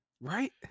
right